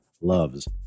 loves